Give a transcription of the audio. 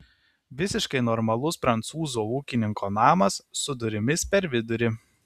visiškai normalus prancūzo ūkininko namas su durimis per vidurį